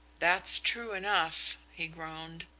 that's true enough, he groaned.